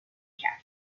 کرد